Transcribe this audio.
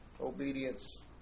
obedience